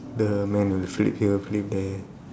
the man who flip here flip there